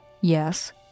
Yes